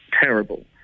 terrible